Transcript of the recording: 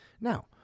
Now